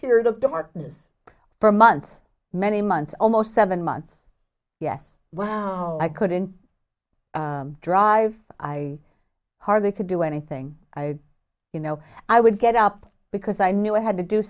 period of darkness for months many months almost seven months yes when i couldn't drive i hardly could do anything you know i would get up because i knew i had to do